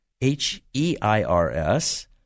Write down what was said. H-E-I-R-S